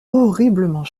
horriblement